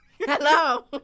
Hello